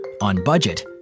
on-budget